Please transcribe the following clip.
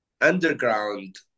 underground